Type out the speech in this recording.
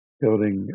Building